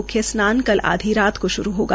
म्ख्य स्नान कल आधी रात को श्रू होगा